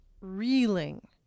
reeling